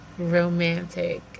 romantic